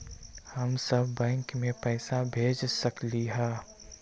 हम सब बैंक में पैसा भेज सकली ह?